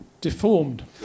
deformed